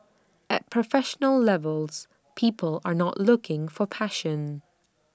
at professional levels people are not looking for passion